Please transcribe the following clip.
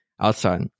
outside